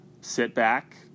sit-back